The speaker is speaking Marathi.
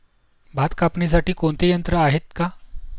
भात कापणीसाठी कोणते यंत्र आहेत का?